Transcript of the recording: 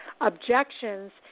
objections